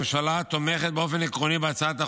הממשלה תומכת באופן עקרוני בהצעת החוק,